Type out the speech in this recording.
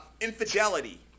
infidelity